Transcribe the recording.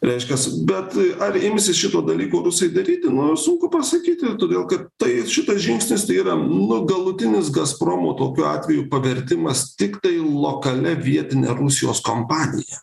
reiškias bet ar imsis šito dalyko rusai daryti nu sunku pasakyti todėl kad tai šitas žingsnis tai yra nu galutinis gazpromo tokiu atveju pavertimas tiktai lokalia vietine rusijos kompanija